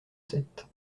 sept